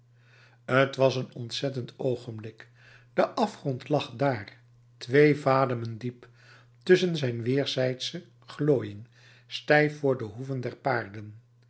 t was een ontzettend oogenblik de afgrond lag dààr twee vademen diep tusschen zijn weerzijdsche glooiing stijf voor de hoeven der paarden